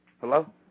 Hello